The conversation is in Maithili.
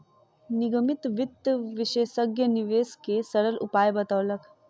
निगमित वित्त विशेषज्ञ निवेश के सरल उपाय बतौलक